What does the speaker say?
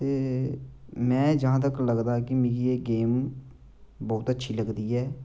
ते में जहां तक लगदा कि मिगी एह् गेम बहुत अच्छी लगदी ऐ